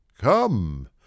Come